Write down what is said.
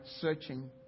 searching